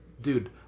dude